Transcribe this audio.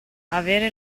avere